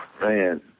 Man